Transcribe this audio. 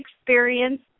experience